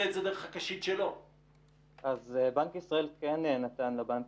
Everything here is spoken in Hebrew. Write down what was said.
במתי ייפתח ומתי ייסגר אלא גם באכיפה,